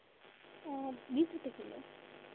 आअ बीस रुपये किलो